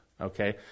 Okay